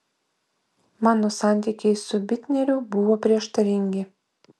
mano santykiai su bitneriu buvo prieštaringi